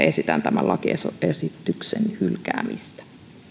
esitän tämän lakiesityksen hylkäämistä